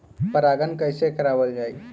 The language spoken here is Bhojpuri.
परागण कइसे करावल जाई?